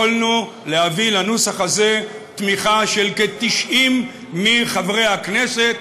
יכולנו להביא לנוסח הזה תמיכה של כ-90 מחברי הכנסת,